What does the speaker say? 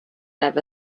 ever